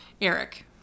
Eric